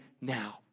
now